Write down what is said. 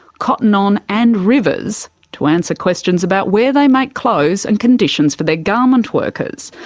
cotton on, and rivers to answer questions about where they make clothes, and conditions for their garment workers.